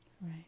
Right